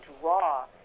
draw